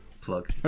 plug